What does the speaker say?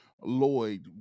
Lloyd